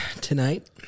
tonight